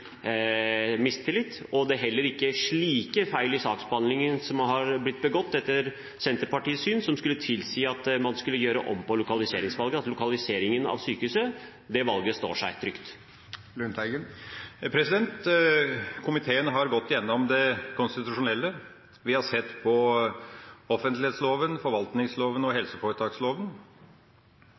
mistillit, og det er heller ikke begått slike feil i saksbehandlingen, etter Senterpartiets syn, som skulle tilsi at man skulle gjøre om på lokaliseringsvalget. Valget av lokalisering av sykehuset står seg trygt. Komiteen har gått gjennom det konstitusjonelle. Vi har sett på offentlighetsloven, forvaltningsloven og